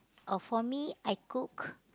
oh for me I cook